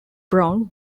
brown